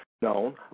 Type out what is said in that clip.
known